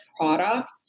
product